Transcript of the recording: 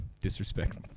disrespect